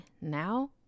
now